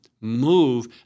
move